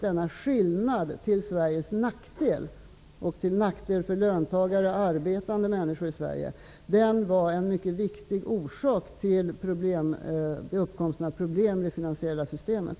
Denna skillnad till Sveriges nackdel -- och till nackdel för löntagare och arbetande människor i Sverige -- var en mycket viktig orsak till de uppkomna problemen i det finansiella systemet.